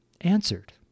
answered